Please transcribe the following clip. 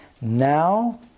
Now